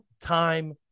time